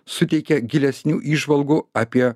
suteikia gilesnių įžvalgų apie